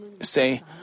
say